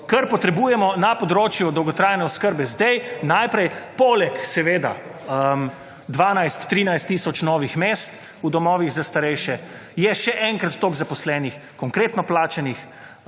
kar potrebujemo na področju dolgotrajne oskrbe, zdaj, najprej, poleg seveda 12, 13 tisoč novih mest v domovih za starejše, je še enkrat toliko zaposlenih konkretno plačanih,